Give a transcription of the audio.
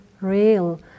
real